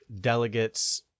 delegates